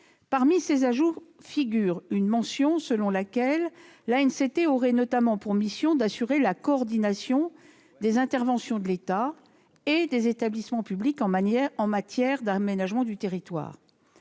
parmi ces ajouts figure une mention selon laquelle l'ANCT aurait notamment pour mission d'assurer « la coordination des interventions de l'État et des établissements publics » en matière d'aménagement du territoire.